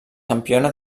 campiona